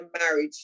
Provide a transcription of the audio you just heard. marriage